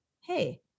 Hey